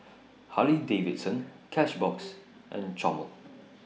Harley Davidson Cashbox and Chomel